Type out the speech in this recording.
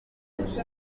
twahuje